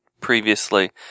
previously